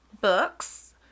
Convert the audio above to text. books